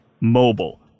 mobile